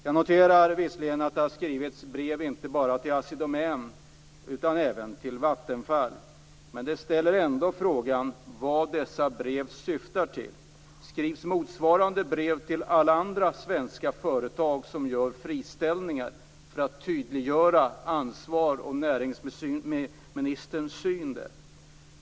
Jag noterar visserligen att det har skrivits brev inte bara till Assi Domän utan även till Vattenfall. Men jag vill ändå fråga vad dessa brev syftar till. Skrivs motsvarande brev till alla andra svenska företag som gör friställningar för att tydliggöra ansvar och näringsministerns syn?